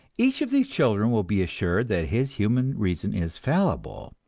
each of these children will be assured that his human reason is fallible,